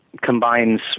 combines